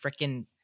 freaking